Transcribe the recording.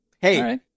Hey